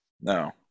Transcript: No